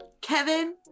Kevin